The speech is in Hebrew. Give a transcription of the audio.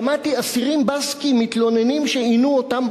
שמעתי אסירים בסקים מתלוננים שעינו אותם,